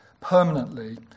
permanently